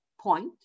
point